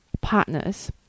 Partners